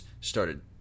started